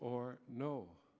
or no